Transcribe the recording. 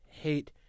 Hate